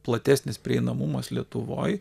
platesnis prieinamumas lietuvoj